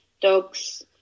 dogs